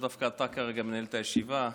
שדווקא אתה כרגע מנהל את הישיבה,